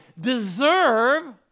deserve